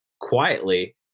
quietly